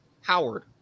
Howard